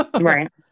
Right